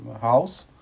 house